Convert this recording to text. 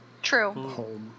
true